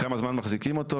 כמה זמן מחזיקים אותו.